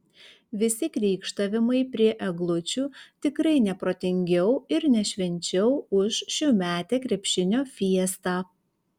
visi krykštavimai prie eglučių tikrai ne protingiau ir ne švenčiau už šiųmetę krepšinio fiestą